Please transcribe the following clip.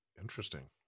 interesting